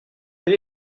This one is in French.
quel